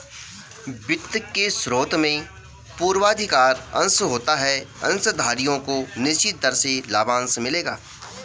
वित्त के स्रोत में पूर्वाधिकार अंश होता है अंशधारियों को निश्चित दर से लाभांश मिलेगा